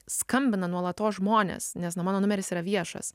skambina nuolatos žmones nes na mano numeris yra viešas